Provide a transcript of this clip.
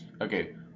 Okay